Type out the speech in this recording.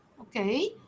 okay